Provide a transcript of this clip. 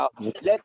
let